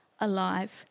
alive